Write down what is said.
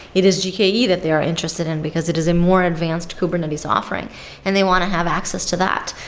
it is gke that they are interested in, because it is a more advanced kubernetes offering and they want to have access to that,